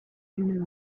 unit